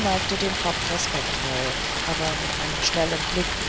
neigte den kopf respektvoll aber mit einem schnellen blick